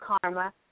karma